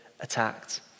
attacked